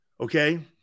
Okay